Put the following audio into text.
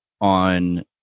on